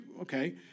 okay